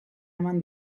eman